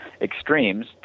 extremes